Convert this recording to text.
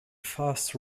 first